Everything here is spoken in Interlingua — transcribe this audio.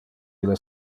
ille